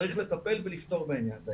צריך לטפל ולפתור את העניין הזה.